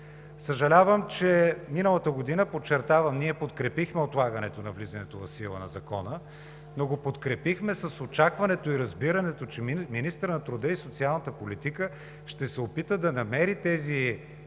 Съжалявам, че миналата година, подчертавам, ние подкрепихме отлагането на влизането в сила на Закона, но го подкрепихме с очакването и разбирането, че министърът на труда и социалната политика ще се опита да намери тези